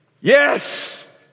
Yes